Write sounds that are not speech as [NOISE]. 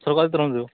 [UNINTELLIGIBLE]